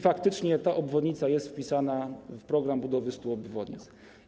Faktycznie ta obwodnica jest wpisana w „Program budowy 100 obwodnic”